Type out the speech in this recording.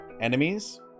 enemies